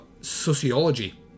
Sociology